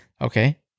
Okay